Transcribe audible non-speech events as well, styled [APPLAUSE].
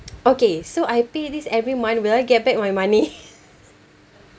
okay so I pay this every month will I get back my money [LAUGHS]